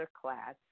class